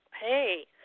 hey